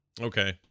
Okay